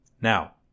Now